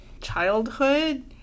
childhood